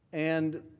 and